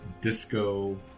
disco